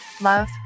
love